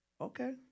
Okay